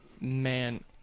man